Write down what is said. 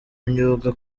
imyuga